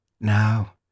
now